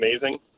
amazing